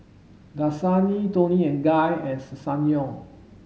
Dasani Toni and Guy and Ssangyong